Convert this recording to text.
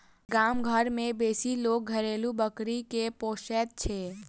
गाम घर मे बेसी लोक घरेलू बकरी के पोसैत छै